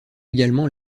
également